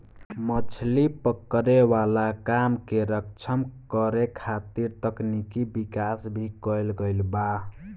मछली पकड़े वाला काम के सक्षम करे खातिर तकनिकी विकाश भी कईल गईल बा